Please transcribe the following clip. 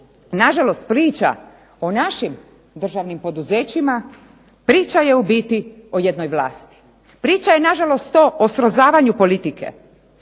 nažalost priča o našim državnim poduzećima priča je u biti o jednoj vlasti, priča je to o srozavanju politike.